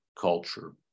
culture